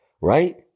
right